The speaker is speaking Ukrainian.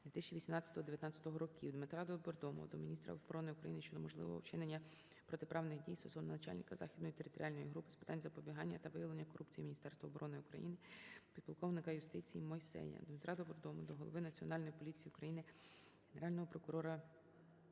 2018-2019 років. Дмитра Добродомова до міністра оборони України щодо можливого вчинення протиправних дій стосовно начальника Західної територіальної групи з питань запобігання та виявлення корупції Міністерства оборони України підполковника юстиції Л.О. Мойсея. Дмитра Добродомова до голови Національної поліції України, Генерального прокурора